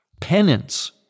penance